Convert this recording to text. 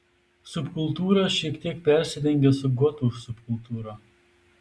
subkultūra šiek tiek persidengia su gotų subkultūra